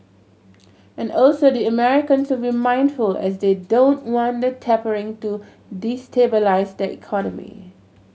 and also the Americans will mindful as they don't want the tapering to destabilise their economy